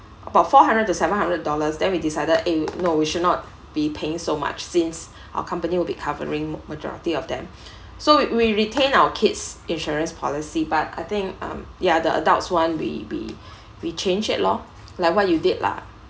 about four hundred to seven hundred dollars then we decided eh no we should not be paying so much since our company will be covering majority of them so we we retain our kids insurance policy but I think um ya the adults one we we we change it lor like what you did lah